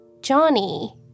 Johnny